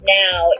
now